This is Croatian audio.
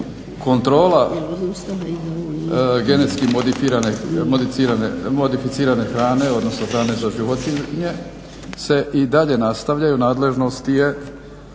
Kontrola genetski modificirane hrane, odnosno hrane za životinje se i dalje nastavlja i nadležnost je